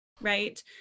right